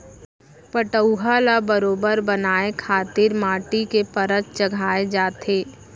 पटउहॉं ल बरोबर बनाए खातिर माटी के परत चघाए जाथे